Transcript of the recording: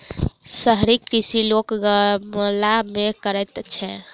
शहरी कृषि लोक गमला मे करैत छै